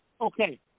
Okay